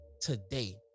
today